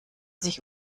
sich